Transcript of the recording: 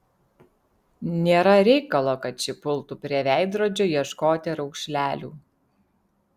nėra reikalo kad ši pultų prie veidrodžio ieškoti raukšlelių